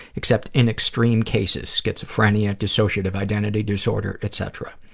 except in extreme cases, schizophrenia, dissociative identity disorder, etc.